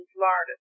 Florida